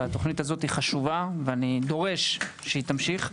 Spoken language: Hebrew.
התוכנית הזאת חשובה ואני דורש שהיא תמשיך,